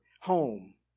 home